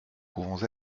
pouvons